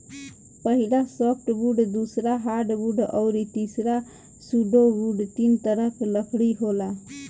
पहिला सॉफ्टवुड दूसरा हार्डवुड अउरी तीसरा सुडोवूड तीन तरह के लकड़ी होला